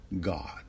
God